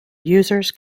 users